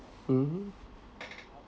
mmhmm